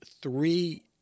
three